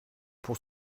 pour